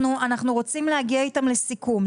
אנחנו רוצים להגיע איתה לסיכום.